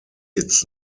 its